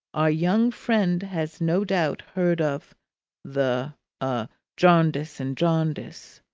our young friend has no doubt heard of the a jarndyce and jarndyce.